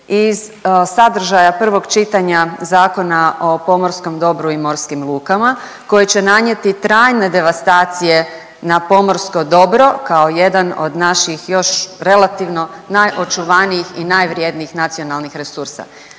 iz sadržaja prvog čitanja Zakona o pomorskom dobru i morskim lukama koje će nanijeti trajne devastacije na pomorsko dobro kao jedan od naših još relativno najočuvanijih i najvrijednijih nacionalnih resursa.